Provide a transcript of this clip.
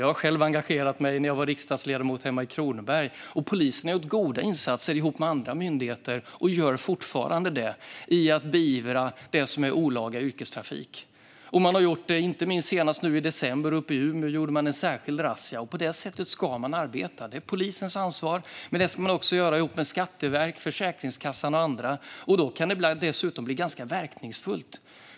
Jag har själv engagerat mig för detta när jag var riksdagsledamot från Kronoberg. Polisen har gjort och gör fortfarande goda insatser tillsammans med andra myndigheter för att beivra olaga yrkestrafik. Senast i december gjorde man en razzia uppe i Umeå. På det sättet ska man arbeta. Det är polisens ansvar, och man ska också göra det ihop med Skatteverket, Försäkringskassan och andra. Då kan det dessutom ibland bli ganska verkningsfullt.